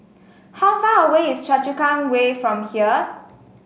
how far away is Choa Chu Kang Way from here